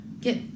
get